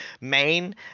main